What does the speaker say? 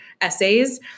essays